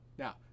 Now